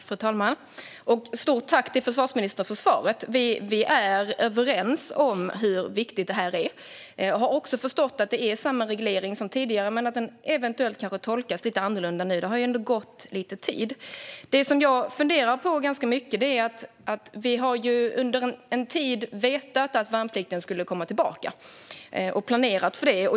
Fru talman! Ett stort tack till försvarsministern för svaret. Vi är överens om hur viktigt detta är. Jag har också förstått att det är samma reglering som tidigare men att den eventuellt tolkas lite annorlunda nu. Det har ändå gått lite tid. Det som jag funderar på ganska mycket är att vi under en tid har vetat att värnplikten skulle komma tillbaka och planerat för det.